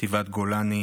חטיבת גולני,